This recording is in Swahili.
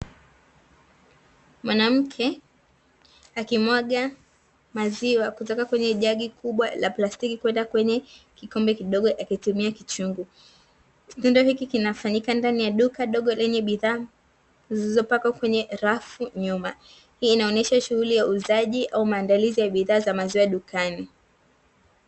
Mwanamke akimwaga maziwa kutoka kwenye jagi kubwa la plastiki, kwenda kwenye kikombe kidogo akitumia kichungu, kitendo hiki kinafanyika ndani ya duka dogo lenye bidhaa zilizopangwa kwenye rafu nyuma, hii inaonyesha shughuli ya uuzaji au maandalizi ya bidhaa za maziwa dukani.